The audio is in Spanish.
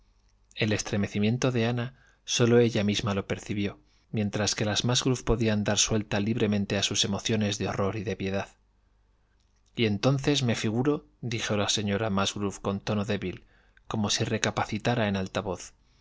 el estremecimiento de ana sólo ella misma lo percibió mientras que las musgrove podían dar suelta libremente a sus emociones de horror y de piedad y entonces me figurodijo la señora de musgrove con tono débil como si recapacitara en alta voz